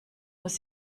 muss